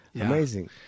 Amazing